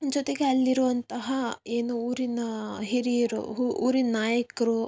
ಜೊತೆಗೆ ಅಲ್ಲಿರುವಂತಹ ಏನು ಊರಿನ ಹಿರಿಯರು ಊರಿನ ನಾಯಕರು